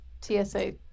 TSA